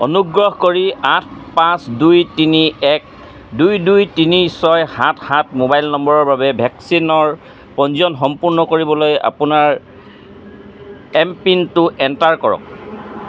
অনুগ্ৰহ কৰি আঠ পাঁচ দুই তিনি এক দুই দুই তিনি ছয় সাত সাত মোবাইল নম্বৰৰ বাবে ভেকচিনৰ পঞ্জীয়ন সম্পূৰ্ণ কৰিবলৈ আপোনাৰ এমপিন টো এণ্টাৰ কৰক